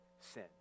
sin